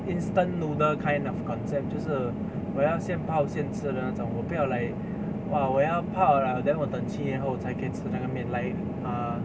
instant noodle kind of concept 就是我要先泡先吃的那种我不要 like !wah! 我要泡 liao then 我等七年后才可以吃那个面 like err